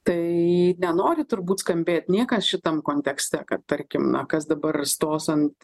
tai nenori turbūt skambėt niekas šitam kontekste kad tarkim na kas dabar stos ant